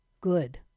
good